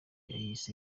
yayise